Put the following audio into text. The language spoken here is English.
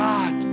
God